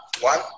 One